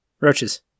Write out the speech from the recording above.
roaches